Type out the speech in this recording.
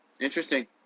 Interesting